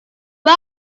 why